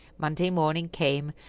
monday morning came,